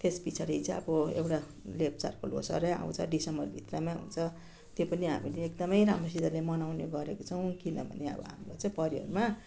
त्यस पछाडि चाहिँ अब एउटा लेप्चाहरूको ल्होसारै आउँछ दिसम्बरभित्रमै हुन्छ त्यो पनि हामीले एकदमै राम्रोसितले मनाउने गरेको छौँ किनभने अब हाम्रो चाहिँ परिवारमा